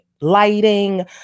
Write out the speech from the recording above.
lighting